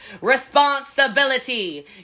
responsibility